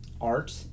art